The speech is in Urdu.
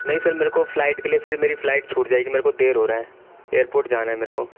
نہیں سر میرے کو فلائٹ کے لیے پھر میری فلائٹ چھوٹ جائے گی میرے کو دیر ہو رہا ہے ایئرپوٹ جانا ہے میرے کو